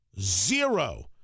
zero